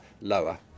lower